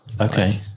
Okay